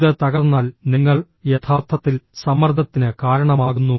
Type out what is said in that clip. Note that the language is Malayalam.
ഇത് തകർന്നാൽ നിങ്ങൾ യഥാർത്ഥത്തിൽ സമ്മർദ്ദത്തിന് കാരണമാകുന്നു